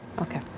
Okay